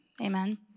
Amen